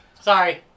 Sorry